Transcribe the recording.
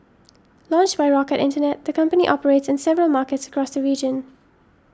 launched by Rocket Internet the company operates in several markets across the region